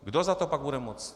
Kdo za to pak bude moct?